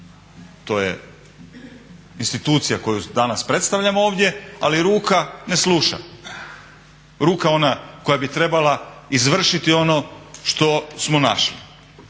to je institucija koju danas predstavljamo ovdje, ali ruka ne sluša. Ruka ona koja bi trebala izvršiti ono što smo našli.